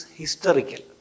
historical